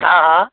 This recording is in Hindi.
हाँ हाँ